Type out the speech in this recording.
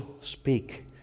speak